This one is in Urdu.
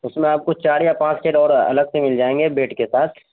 اس میں آپ کو چار یا پانچ کٹ اور الگ سے مل جائیں گے بیٹ کے ساتھ